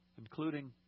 including